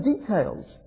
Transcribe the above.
details